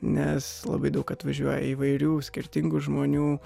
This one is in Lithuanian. nes labai daug atvažiuoja įvairių skirtingų žmonių